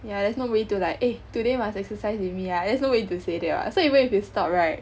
yeah there's nobody to like eh today must exercise with me ah there's nobody to say that [what] so even if you stop right